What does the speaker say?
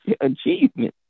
achievement